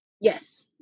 Yes